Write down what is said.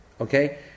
Okay